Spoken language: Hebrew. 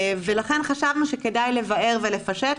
לכן חשבנו שכדאי לבאר ולפשט.